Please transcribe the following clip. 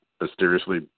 mysteriously